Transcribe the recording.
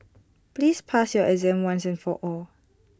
please pass your exam once and for all